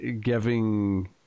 giving